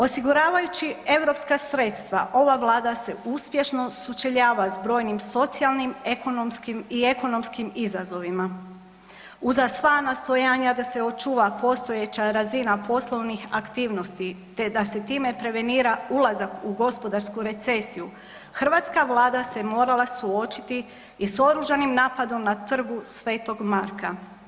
Osiguravajući europska sredstva ova Vlada se uspješno sučeljava s brojnim socijalnim, ekonomskim izazovima uza sva nastojanja da se očuva postojeća razina poslovnih aktivnosti te da se time prevenira ulazak u gospodarsku recesiju hrvatska Vlada se morala suočiti i s oružanim napadom na Trgu sv. Marka.